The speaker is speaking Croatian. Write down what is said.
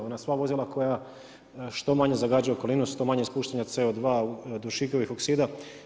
Ona sva vozila koja što manje zagađuju okolinu, što manje ispuštanja CO2 dušikovih oksida.